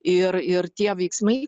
ir ir tie veiksmai